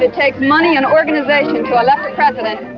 it takes money and organization to elect a president,